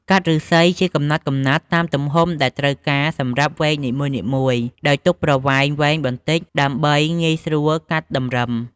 កាត់ឫស្សីជាកំណាត់ៗតាមទំហំដែលត្រូវការសម្រាប់វែកនីមួយៗ ដោយទុកប្រវែងវែងបន្តិចដើម្បីងាយស្រួលកាត់តម្រឹម។